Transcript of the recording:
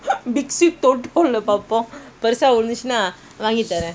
பெருசாவிழுந்துச்சுனாவாங்கிதரேன்:perushaa vilundhuchunaa vaanki tharen